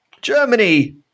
Germany